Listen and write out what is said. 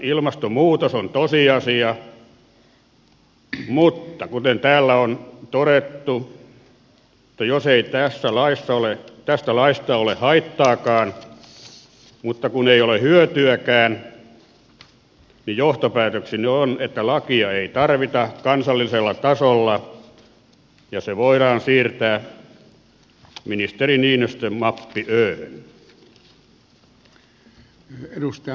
ilmastonmuutos on tosiasia mutta kuten täällä on todettu jos ei tästä laista ole haittaakaan niin ei ole hyötyäkään ja johtopäätökseni on että lakia ei tarvita kansallisella tasolla ja se voidaan siirtää ministeri niinistön mappi öhön